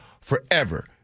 forever